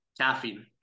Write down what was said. caffeine